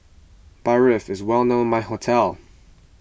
Barfi is well known my hometown